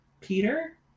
Peter